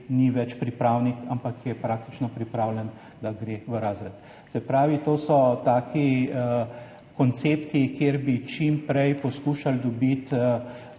ni več pripravnik, ampak je praktično pripravljen, da gre v razred. Se pravi, to so taki koncepti, kjer bi čim prej poskušali dobiti